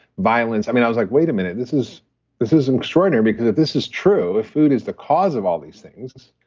violence. i mean, i was like, wait a minute. this is this is extraordinary because if this is true, if food is the cause of all these things,